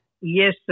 Yes